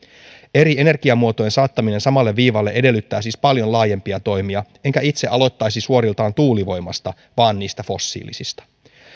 eri energiamuotojen saattaminen samalle viivalle edellyttää siis paljon laajempia toimia enkä itse aloittaisi suoriltaan tuulivoimasta vaan niistä fossiilisista